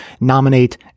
nominate